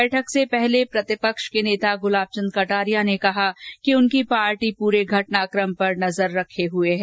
बैठक से पहले प्रतिपक्ष के नेता गुलाब चंद कटारिया ने कहा कि उनकी पार्टी पूरे घटनाक्रम पर नजर बनाये हुए हैं